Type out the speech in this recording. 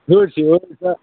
धुर छी ओहन तऽ